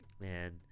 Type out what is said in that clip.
man